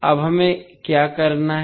अब हमें क्या करना है